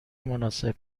مناسب